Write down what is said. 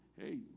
Hey